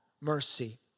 mercy